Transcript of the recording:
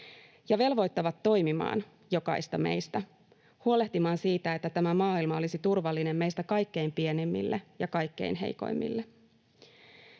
ja velvoittavat toimimaan — jokaista meistä — huolehtimaan siitä, että tämä maailma olisi turvallinen meistä kaikkein pienimmille ja kaikkein heikoimmille.